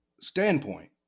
standpoint